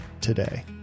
today